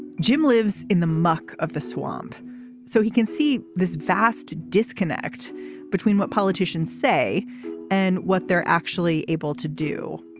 jim lives in the muck of the swamp so he can see this vast disconnect between what politicians say and what they're actually able to do.